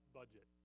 budget